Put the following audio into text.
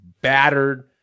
battered